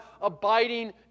abiding